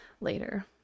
later